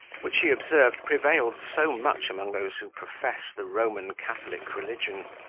which, he observed, prevailed so much among those who profess the roman catholic religion.